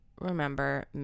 remember